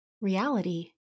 reality